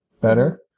better